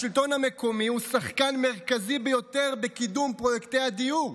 השלטון המקומי הוא שחקן מרכזי ביותר בקידום פרויקטי הדיור,